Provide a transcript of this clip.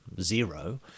zero